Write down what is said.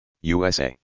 USA